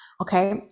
Okay